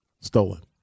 stolen